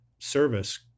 service